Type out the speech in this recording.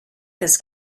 this